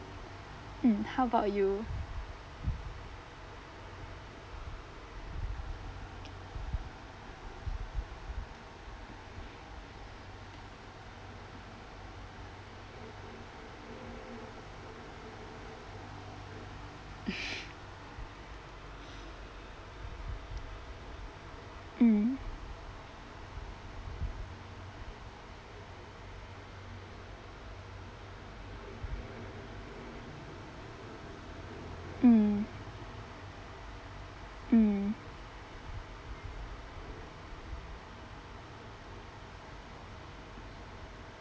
mm how about you mm mm mm